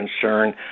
concern